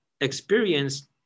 experience